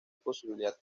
posibilidad